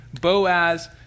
Boaz